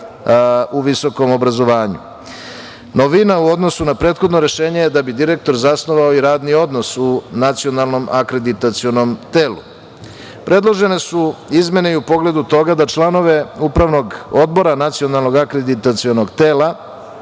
u visokom obrazovanju. Novina u odnosu na prethodno rešenje je da bi direktor zasnovao i radni odnos u Nacionalnom akreditacionom telu. Predložene su izmene i u pogledu toga da članove Upravnog odbora Nacionalnog akreditacionog tela